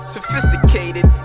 Sophisticated